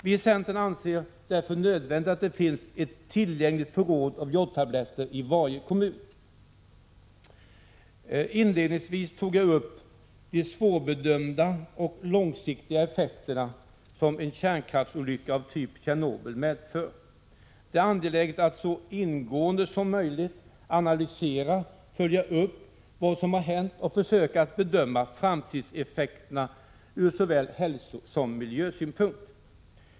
Vi i centern anser därför att det är nödvändigt att det finns ett lättillgängligt förråd av jodtabletter i varje kommun. Inledningsvis tog jag upp de svårbedömda och långsiktiga effekter som en kärnkraftsolycka av typ Tjernobyl medför. Det är angeläget att så ingående som möjligt analysera och följa upp vad som har hänt och försöka bedöma framtidseffekterna ur såväl hälsosom miljösynpunkt.